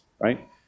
right